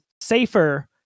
safer